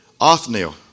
Othniel